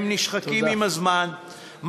והם נשחקים עם הזמן,